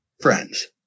Friends